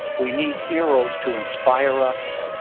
we need heroes to inspire us,